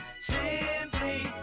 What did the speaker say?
simply